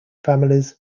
families